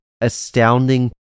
astounding